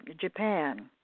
Japan